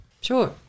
Sure